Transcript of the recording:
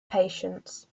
patience